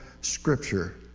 Scripture